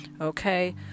okay